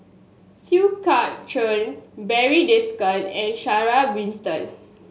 Siew Barry Desker and Sarah Winstedt